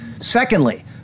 Secondly